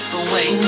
away